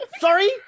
Sorry